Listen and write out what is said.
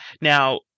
now